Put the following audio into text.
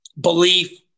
belief